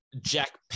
Jack